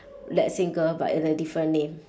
that same girl but in a different name